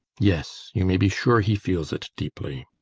yes, you may be sure he feels it deeply.